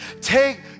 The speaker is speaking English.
take